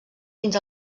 fins